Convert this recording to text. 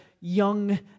young